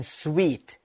sweet